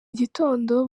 gitondo